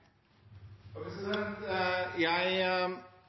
president, men likevel: I